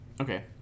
Okay